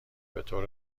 بطور